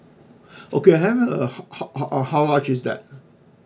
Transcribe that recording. okay can I have the how how how how much is that